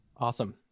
Awesome